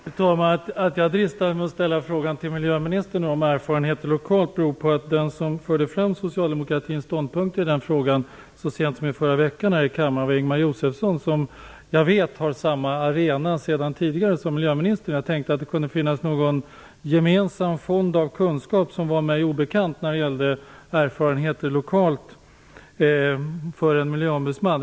Fru talman! Att jag dristade mig att till miljöministern ställa frågan om lokala erfarenheter beror på att den som förde fram socialdemokratins ståndpunkter härvidlag så sent som förra veckan här i kammaren var Ingemar Josefsson, som tidigare har haft samma arena som miljöministern. Jag tänkte att de skulle kunna ha en gemensam, för mig obekant, fond av kunskap om lokala erfarenheter av intresse för en miljöombudsman.